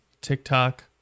TikTok